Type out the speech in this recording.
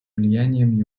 влиянием